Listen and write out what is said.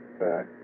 back